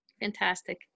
Fantastic